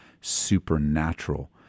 supernatural